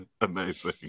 Amazing